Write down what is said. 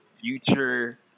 future